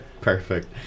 Perfect